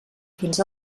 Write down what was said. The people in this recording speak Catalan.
fins